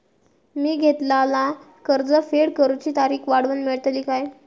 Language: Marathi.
मी घेतलाला कर्ज फेड करूची तारिक वाढवन मेलतली काय?